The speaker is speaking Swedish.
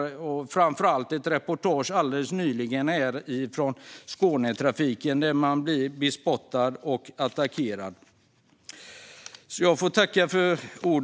Jag tänker framför allt på ett reportage alldeles nyligen om Skånetrafiken, där man blir bespottad och attackerad.